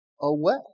away